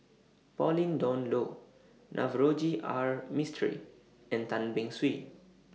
Pauline Dawn Loh Navroji R Mistri and Tan Beng Swee